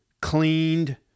cleaned